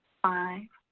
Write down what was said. five,